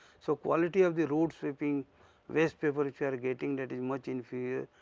so, quality of the road sweeping waste paper if you are getting that is much inferior.